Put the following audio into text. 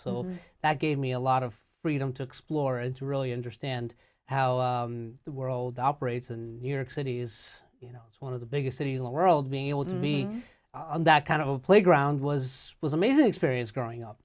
so that gave me a lot of freedom to explore and to really understand how the world operates and new york city is you know one of the biggest cities in the world being able to be on that kind of playground was was amazing experience growing up